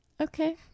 Okay